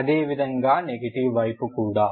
అదేవిధంగా నెగెటివ్ వైపు కూడా